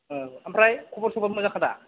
औ ओमफ्राय खबर सबर मोजांखादा